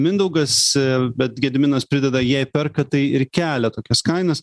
mindaugas bet gediminas prideda jei perka tai ir kelia tokias kainas